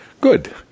Good